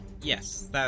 Yes